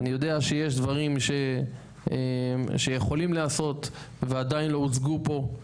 אני יודע שיש דברים שיכולים לעשות ועדיין לא הוצגו פה.